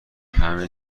همه